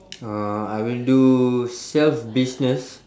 uh I will do self business